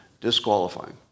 Disqualifying